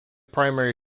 primary